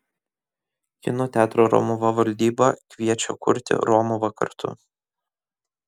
kino teatro romuva valdyba kviečia kurti romuvą kartu